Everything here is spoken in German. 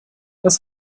was